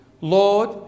Lord